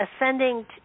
ascending